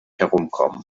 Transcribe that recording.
herumkommen